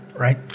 right